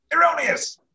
erroneous